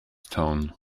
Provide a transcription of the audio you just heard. tone